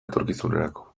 etorkizunerako